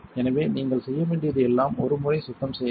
எனவே நீங்கள் செய்ய வேண்டியது எல்லாம் ஒரு முறை சுத்தம் செய்யுங்கள்